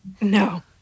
no